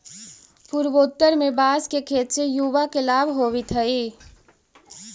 पूर्वोत्तर में बाँस के खेत से युवा के लाभ होवित हइ